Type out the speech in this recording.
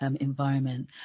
environment